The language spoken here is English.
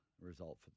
result